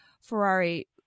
Ferrari